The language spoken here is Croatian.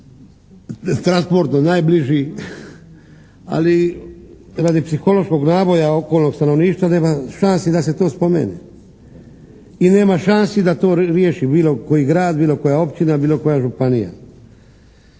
transportom najbliži, ali radi psihološkog naboja okolnog stanovništva nema šanse da se to spomene. I nema šanse da to riješi bilo koji grad, bilo koja općina, bilo koja županija.